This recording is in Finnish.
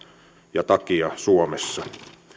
takia suomessa